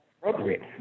Appropriate